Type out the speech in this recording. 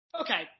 Okay